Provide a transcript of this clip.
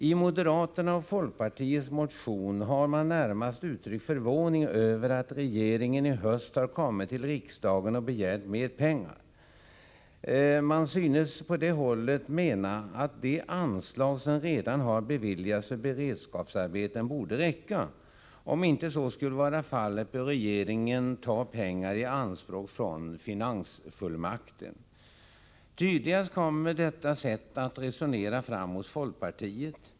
I moderaternas och folkpartiets motion har man närmast uttryckt förvåning över att regeringen i höst har kommit till riksdagen och begärt mer pengar. Man synes på det hållet mena att de anslag som redan har beviljats för beredskapsarbeten borde räcka. Om så inte skulle vara fallet, bör regeringen kunna ta pengar i anspråk från finansfullmakten. Tydligast kommer detta sätt att resonera fram hos folkpartiet.